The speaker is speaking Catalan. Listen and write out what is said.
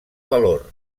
valor